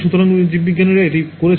সুতরাং জীববিজ্ঞানীরা এটি করেছেন